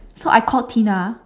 so I called Sabrina